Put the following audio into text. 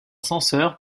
censeur